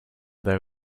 there